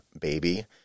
baby